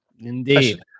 Indeed